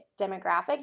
demographic